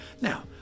Now